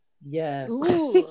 Yes